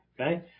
okay